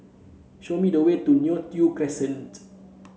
show me the way to Neo Tiew Crescent